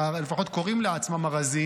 לפחות קוראים לעצמם ארזים,